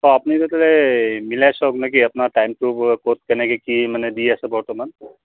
অঁ আপুনি মিলাই চাওক নে কি আপোনাৰ টাইমটো ক'ত কেনেকৈ কি মানে দি আছে বৰ্তমান